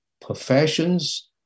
professions